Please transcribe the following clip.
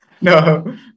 No